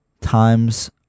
Times